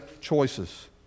choices